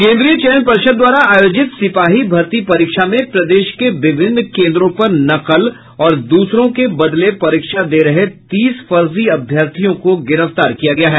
केन्द्रीय चयन पर्षद द्वारा आयोजित सिपाही भर्ती परीक्षा में प्रदेश के विभिन्न केन्द्रों पर नकल और दूसरे के बदले परीक्षा दे रहे तीस फर्जी अभ्यर्थियों को गिरफ्तार किया गया है